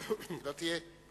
לא תהיה?